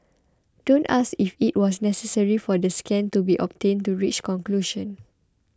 don't ask if it was necessary for the scan to be obtained to reach conclusion